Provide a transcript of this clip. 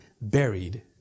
buried